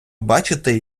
бачити